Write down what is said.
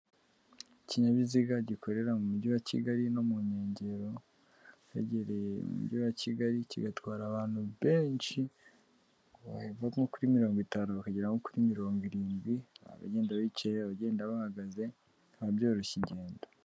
Ikinyabiziga gikorera mu mujyi wa kigali no mu nkengero kegereye umujyi wa kigali kigatwara abantu benshi bavamo kuri 50 bakagera kuri 70 abagenda bicaye bagenda bahagazeba byoroshya ingendo.